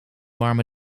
warme